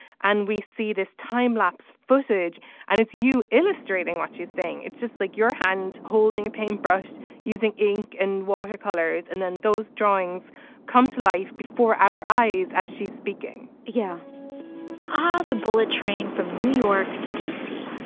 and we see this time lapse footage and it's you illustrating what she's saying. it's just like your hand holding a paintbrush using ink and watercolors and then those drawings come to life before our eyes as she's speaking. yeah ah the bullet train from new york to d c.